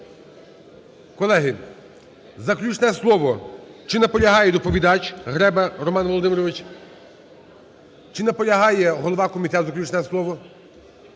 Колеги, заключне слово. Чи наполягає доповідач Греба Роман Володимирович? Чи наполягає голова комітету, заключне слово?